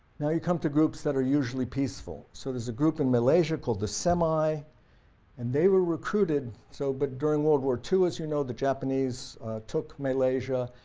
now you come to groups that are usually peaceful, so there's a group in malaysia called the semais and they were recruited so but during world war ii, as you know, the japanese took malaysia,